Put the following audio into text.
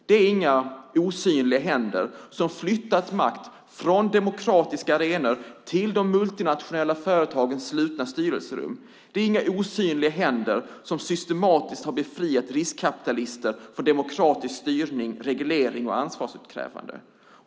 Det är inga osynliga händer som flyttat makt från demokratiska arenor till de multinationella företagens slutna styrelserum. Det är inga osynliga händer som systematiskt har befriat riskkapitalister från demokratisk styrning, reglering och ansvarsutkrävande.